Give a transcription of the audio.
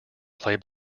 play